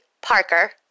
Parker